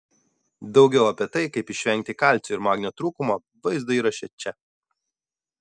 daugiau apie tai kaip išvengti kalcio ir magnio trūkumo vaizdo įraše čia